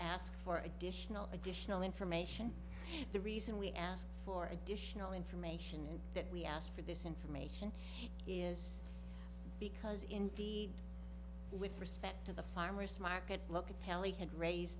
ask for additional additional information the reason we ask for additional information in that we asked for this information is because in the with respect to the farmer's market look at kelly had raise